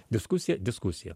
diskusija diskusija